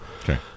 Okay